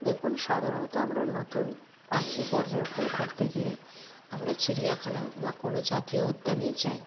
দেখুন সাধারণত আমরা নতুন পাখি পর্যবেক্ষণ করতে গেলে আমরা চিড়িয়াখানা বা কোনো জাতীয় উদ্যানেই যাই